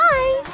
Bye